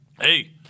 hey